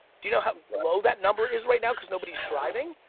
do you know how low that number is right now cause nobody's driving?